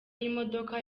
y’imodoka